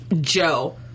joe